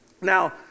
Now